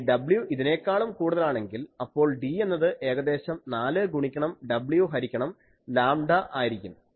ഇനി w ഇതിനേക്കാളും കൂടുതലാണെങ്കിൽ അപ്പോൾ D എന്നത് ഏകദേശം 4 ഗുണിക്കണം w ഹരിക്കണം ലാംഡാ ആയിരിക്കും